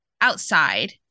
outside